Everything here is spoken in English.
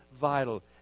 vital